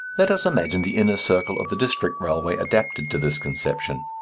let us imagine the inner circle of the district railway adapted to this conception.